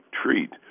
treat